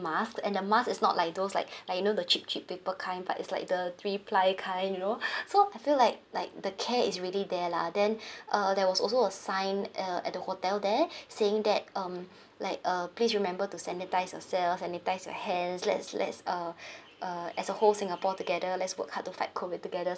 mask and the mask is not like those like like you know the cheap cheap paper kind but is like the three ply kind you know so I feel like like the care is really there lah then uh there was also a sign err at the hotel there saying that um like uh please remember to sanitise yourself sanitise your hands let's let's uh uh as a whole singapore together let's work hard to fight COVID together